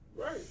Right